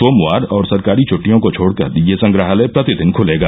सोमवार और सरकारी छट्टियों को छोडकर ये संग्रहालय प्रतिदिन खलेगा